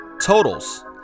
totals